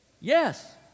Yes